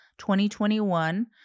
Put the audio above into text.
2021